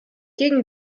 gegen